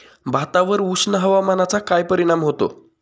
भातावर उष्ण हवामानाचा काय परिणाम होतो?